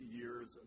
years